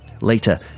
Later